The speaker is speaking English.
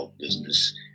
business